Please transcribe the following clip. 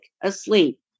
asleep